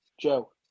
Joe